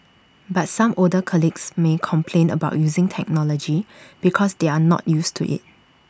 but some older colleagues may complain about using technology because they are not used to IT